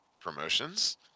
promotions